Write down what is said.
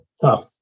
tough